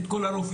את כל הרופאים,